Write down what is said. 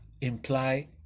imply